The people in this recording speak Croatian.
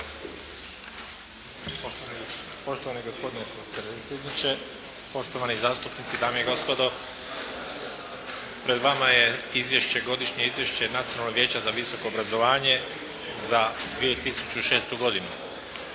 Poštovani gospodine potpredsjedniče, poštovani zastupnici, dame i gospodo. Pred vama je Godišnje izvješće Nacionalnog vijeća za visoko obrazovanje za 2006. godinu.